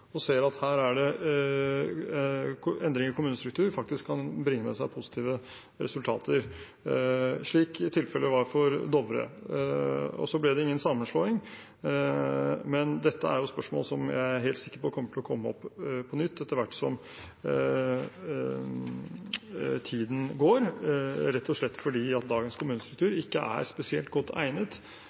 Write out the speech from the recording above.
ser at endringer i kommunestruktur faktisk kan bringe med seg positive resultater, slik tilfellet var for Dovre. Så ble det ingen sammenslåing, men dette er spørsmål som jeg er helt sikker på kommer til å komme opp på nytt etter hvert som tiden går, rett og slett fordi dagens kommunestruktur ikke er spesielt godt egnet